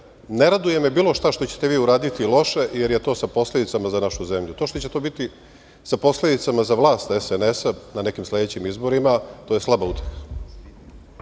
Ne raduje me bilo šta što ćete vi uraditi loše, jer je to sa posledicama za našu zemlju. To što će to biti sa posledicama za vlast SNS-a na nekim sledećim izborima, to je slaba uteha. Ovde